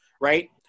right